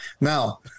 Now